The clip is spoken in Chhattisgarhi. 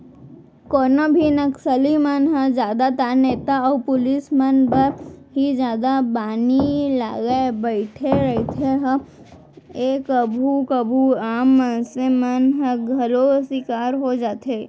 कोनो भी नक्सली मन ह जादातर नेता अउ पुलिस मन बर ही जादा बानी लगाय बइठे रहिथे ए कभू कभू आम मनसे मन ह घलौ सिकार होई जाथे